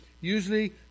usually